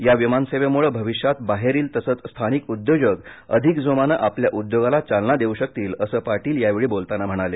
या विमान सेवेमुळं भविष्यात बाहेरील तसंच स्थानिक उद्योजक अधिक जोमानं आपल्या उद्योगाला चालना देऊ शकतील असं पाटील यावेळी बोलताना म्हणाले